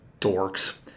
dorks